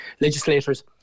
legislators